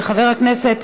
וחבר הכנסת